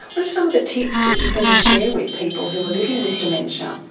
what are some of the tips that you can share with people who are living with dementia?